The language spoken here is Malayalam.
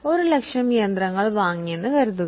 ഒരു ലക്ഷം യന്ത്രങ്ങൾ നമ്മൾ വാങ്ങിയെന്ന് കരുതുക